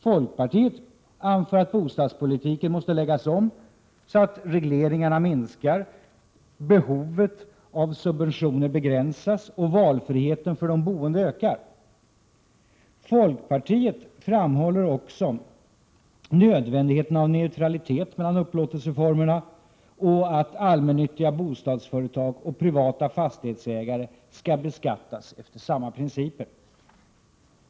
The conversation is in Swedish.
Folkpartiet anför att bostadspolitiken måste läggas om så att regleringarna minskar, behovet av subventioner begränsas och valfriheten för de boende ökar. Folkpartiet framhåller också nödvändigheten av neutralitet mellan upplåtelseformerna och att allmännyttiga bostadsföretag och privata fastighetsägare skall beskattas efter samma principer.